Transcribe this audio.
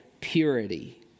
purity